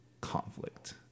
conflict